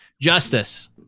Justice